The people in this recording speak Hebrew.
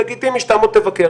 לגיטימי שתעמוד ותבקר,